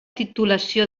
titulació